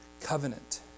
covenant